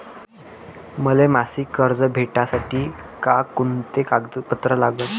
मले मासिक कर्ज भेटासाठी का कुंते कागदपत्र लागन?